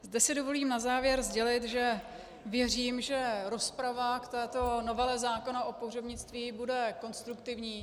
Zde si dovolím na závěr sdělit, že věřím, že rozprava k této novele zákona o pohřebnictví bude konstruktivní.